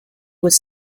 was